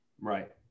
Right